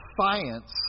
science